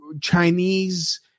Chinese